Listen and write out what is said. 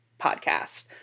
podcast